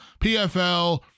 PFL